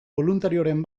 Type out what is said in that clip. boluntarioren